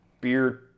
beer